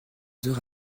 heures